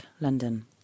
London